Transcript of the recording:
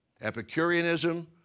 Epicureanism